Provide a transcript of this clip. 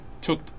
took